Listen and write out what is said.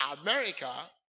America